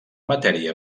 matèria